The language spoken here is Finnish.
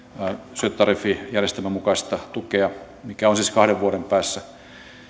syöttötariffijärjestelmän mukaista tukea mikä on siis kahden vuoden päässä